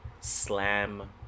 slam